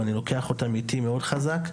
ואני לוקח אותם אתי מאוד חזק,